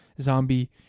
zombie